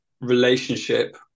relationship